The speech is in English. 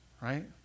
right